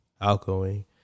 outgoing